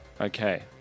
Okay